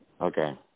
Okay